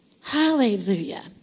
Hallelujah